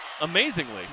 amazingly